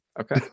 Okay